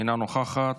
אינה נוכחת,